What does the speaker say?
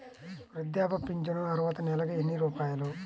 వృద్ధాప్య ఫింఛను అర్హత నెలకి ఎన్ని రూపాయలు?